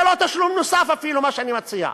זה לא תשלום נוסף אפילו, מה שאני מציע.